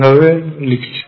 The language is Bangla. ভাবে লিখছি